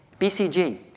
BCG